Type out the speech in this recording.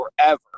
forever